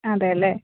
അതെയല്ലെ